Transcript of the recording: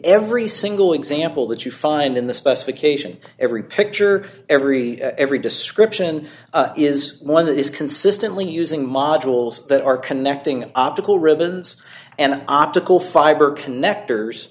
every single example that you find in the specification every picture every every description is one that is consistently using modules that are connecting optical ribbons and optical fiber connectors